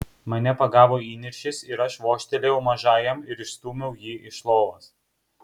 mane pagavo įniršis ir aš vožtelėjau mažajam ir išstūmiau jį iš lovos